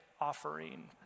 offering